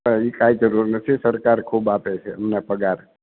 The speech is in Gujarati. હાં અઈ કઈ જરૂર નથી સરકાર ખૂબ આપે છે એમના પગાર